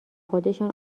خودشان